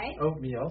Oatmeal